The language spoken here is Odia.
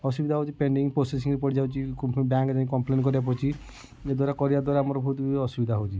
ଅସୁବିଧା ହଉଚି ପେଣ୍ଡିଙ୍ଗ୍ ପ୍ରୋସେସିଙ୍ଗ୍ ରେ ପଡ଼ି ଯାଉଚି ବ୍ୟାଙ୍କ୍ ରେ କମ୍ପଲେନ୍ କରିବାକୁ ପଡୁଛି ଏ ଦ୍ଵାରା କରିବା ଦ୍ୱାରା ଆମର ବହୁତ ବି ଅସୁବିଧା ହେଉଛି